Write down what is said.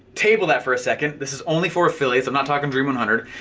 table that for a second, this is only for affiliates, i'm not talking dream one hundred.